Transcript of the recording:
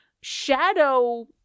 Shadow